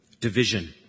division